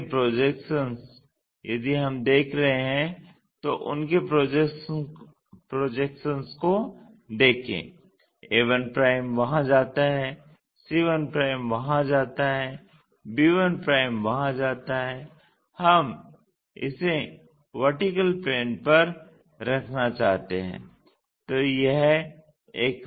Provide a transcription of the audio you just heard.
अब उनके प्रोजेक्शंस यदि हम देख रहे हैं तो उनके प्रोजेक्शंस को देखें a1 वहाँ जाता है c1 वहाँ जाता है b1 वहाँ जाता है हम इसे VP पर रखना चाहते हैं